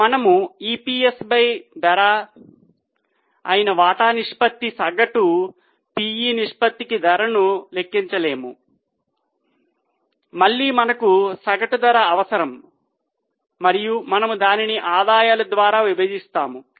కాబట్టి మనము EPS పై ధర అయిన వాటా నిష్పత్తి సగటు PE నిష్పత్తికి ధరను లెక్కించలేము మళ్ళీ మనకు సగటు ధర అవసరం మరియు మనము దానిని ఆదాయాల ద్వారా విభజిస్తాము